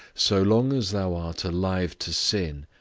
so long as thou art alive to sin,